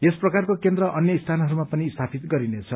यस प्रकारको केन्द्र अन्य स्थानहरूमा पनि स्थापित गरिनेछ